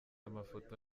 amafoto